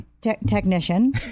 Technician